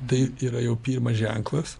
tai yra jau pirmas ženklas